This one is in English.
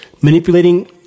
manipulating